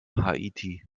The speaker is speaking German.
haiti